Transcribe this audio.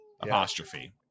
apostrophe